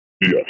Yes